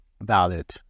valid